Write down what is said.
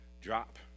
drop